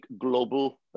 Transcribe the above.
global